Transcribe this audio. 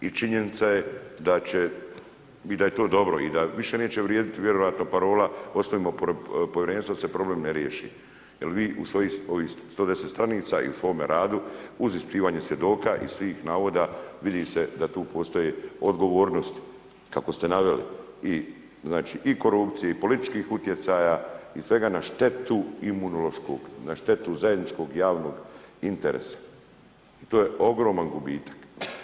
I činjenica je da će i da je to dobro i da više neće vrijediti vjerojatno parola ostavimo povjerenstvo dok se problem ne riješi jer vi u svojih ovih 110 stranica i u svome radu, uz ispitivanje svjedoka i svih navoda vidi se da tu postoji odgovornosti kako ste naveli i korupcije i političkih utjecaja i svega na štetu Imunološkog, na štetu zajedničkog javnog interesa i to je ogroman gubitak.